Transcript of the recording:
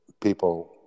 people